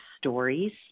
stories